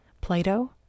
Plato